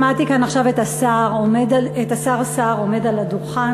שמעתי כאן עכשיו את השר סער עומד על הדוכן